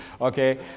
Okay